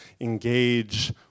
engage